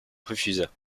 refusa